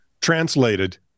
translated